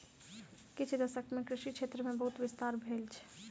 किछ दशक मे कृषि क्षेत्र मे बहुत विस्तार भेल छै